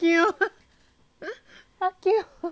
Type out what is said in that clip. fuck you